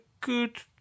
good